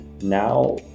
Now